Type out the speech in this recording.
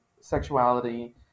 sexuality